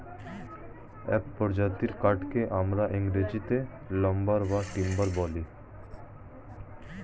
এক প্রজাতির কাঠকে আমরা ইংরেজিতে লাম্বার বা টিম্বার বলি